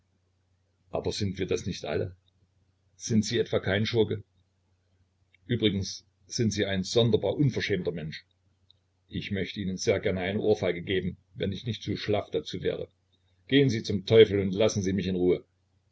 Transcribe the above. aber sind wir das nicht alle sind sie etwa kein schurke übrigens sind sie ein sonderbar unverschämter mensch ich möchte ihnen sehr gerne eine ohrfeige geben wenn ich nicht zu schlaff dazu wäre gehen sie zum teufel und lassen sie mich in ruhe